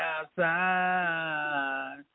outside